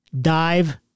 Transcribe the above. Dive